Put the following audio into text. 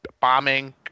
bombing